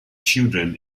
children